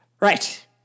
right